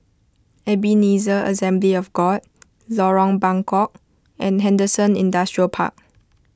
Ebenezer Assembly of God Lorong Buangkok and Henderson Industrial Park